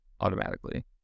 automatically